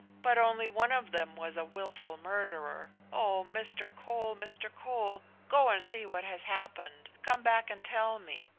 but only one of them was a wilful murderer! oh, mr. cole mr. cole go and see what has happened come back and tell me!